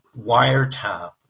wiretap